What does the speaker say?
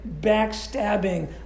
backstabbing